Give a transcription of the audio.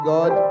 God